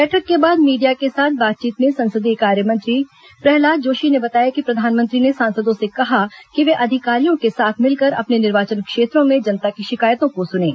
बैठक के बाद मीडिया के साथ बातचीत में संसदीय कार्य मंत्री प्रहलाद जोशी ने बताया कि प्रधानमंत्री ने सांसदों से कहा कि वे अधिकारियों के साथ मिलकर अपने निर्वाचन क्षेत्रों में जनता की शिकायतों को सुनें